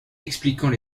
expliquant